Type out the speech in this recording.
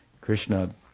Krishna